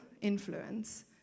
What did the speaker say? influence